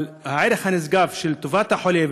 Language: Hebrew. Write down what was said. אבל הערך הנשגב של טובת החולה,